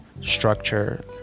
structure